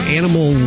animal